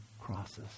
crosses